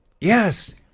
yes